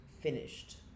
finished